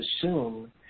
assume